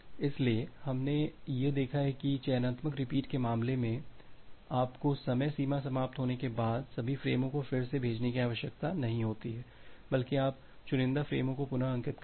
इसलिए हमने यह देखा है कि चयनात्मक रिपीट के मामले में आपको समय सीमा समाप्त होने के बाद सभी फ़्रेमों को फिर से भेजने की आवश्यकता नहीं है बल्कि आप चुनिंदा फ़्रेमों को पुन अंकित करते हैं